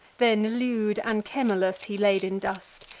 then lewd anchemolus he laid in dust,